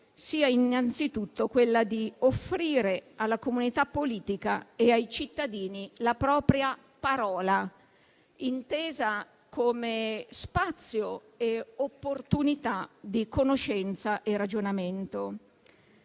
sia innanzitutto offrire alla comunità politica e ai cittadini la propria parola intesa come spazio e opportunità di conoscenza e ragionamento.